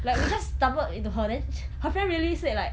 like we just stumbled into her then her friend really said like